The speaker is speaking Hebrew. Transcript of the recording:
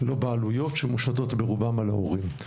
לא בעלויות שמושתות ברובן על ההורים.